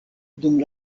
dum